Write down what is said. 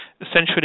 essentially